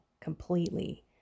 completely